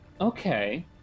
Okay